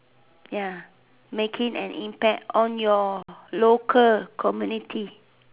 ya making an impact on your local community